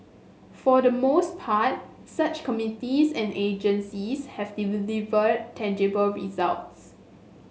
for the most part such committees and agencies have delivered tangible results